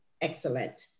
Excellent